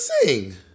sing